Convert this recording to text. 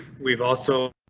we've also